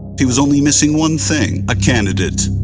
he was only missing one thing a candidate.